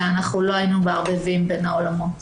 לא היינו מערבבים בין העולמות.